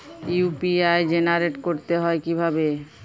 UPI generate করতে হয় কিভাবে?